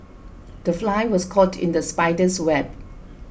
the fly was caught in the spider's web